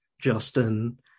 Justin